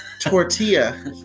Tortilla